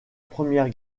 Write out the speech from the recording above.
première